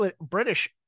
British